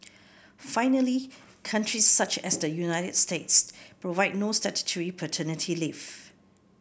finally countries such as the United States provide no statutory paternity leave